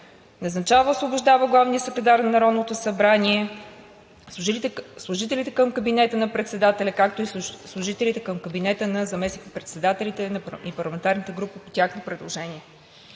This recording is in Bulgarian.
назначава и освобождава главния секретар на Народното събрание, служителите към кабинета на председателя, както и служителите към кабинета на заместник-председателите и парламентарните групи по тяхно предложение.